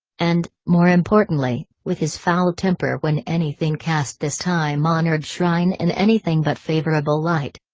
and, more importantly, with his foul temper when anything cast this time-honored shrine in anything but favorable light.